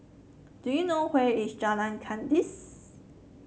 do you know where is Jalan Kandis